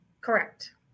Correct